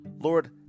Lord